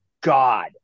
God